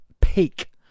peak